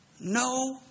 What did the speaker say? no